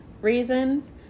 reasons